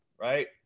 right